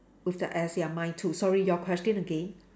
with the S ya mine too sorry your question again